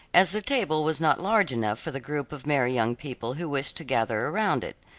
as the table was not large enough for the group of merry young people who wished to gather around it.